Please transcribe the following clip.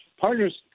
Partners